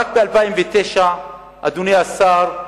אדוני השר,